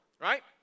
right